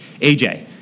AJ